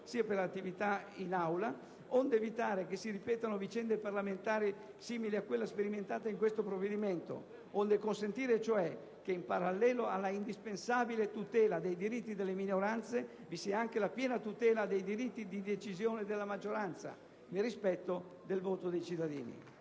sia per le attività in Aula, onde evitare che si ripetano vicende parlamentari simili a quella sperimentata per questo provvedimento, onde consentire cioè che in parallelo alla indispensabile tutela dei diritti delle minoranze vi sia anche piena tutela dei diritti di decisione della maggioranza, nel rispetto del voto dei cittadini.